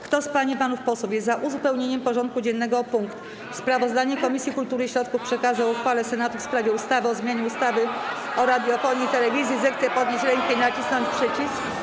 Kto z pań i panów posłów jest za uzupełnieniem porządku dziennego o punkt: Sprawozdanie Komisji Kultury i Środków Przekazu o uchwale Senatu w sprawie ustawy o zmianie ustawy o radiofonii i telewizji, zechce podnieść rękę i nacisnąć przycisk.